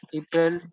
april